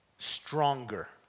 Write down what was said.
stronger